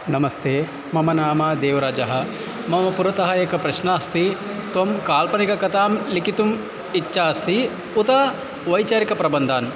नमस्ते मम नाम देवराजः मम पुरतः एक प्रश्नः अस्ति त्वं काल्पनिककथां लिखितुम् इच्छा अस्ति उत वैचारिकप्रबन्धान्